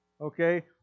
Okay